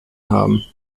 haben